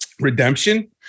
redemption